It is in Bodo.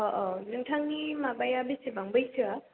औ औ नोंथांनि माबाया बेसेबां बैसोआ